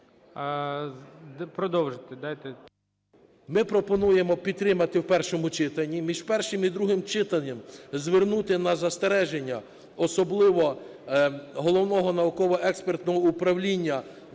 Ми пропонуємо підтримати в першому читанні, між першим і другим читанням звернути на застереження особливо Головного науково-експертного управління